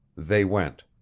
they went.